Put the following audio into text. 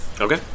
Okay